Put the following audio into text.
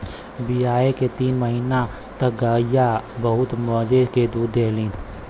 बियाये के तीन महीना तक गइया बहुत मजे के दूध देवलीन